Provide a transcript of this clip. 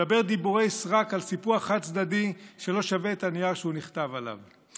מדבר דיבורי סרק על סיפוח חד-צדדי שלא שווה את הנייר שהוא נכתב עליו.